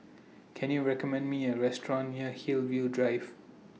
Can YOU recommend Me A Restaurant near Hillview Drive